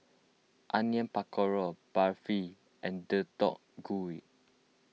Onion Pakora Barfi and Deodeok Gui